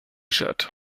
shirt